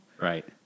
right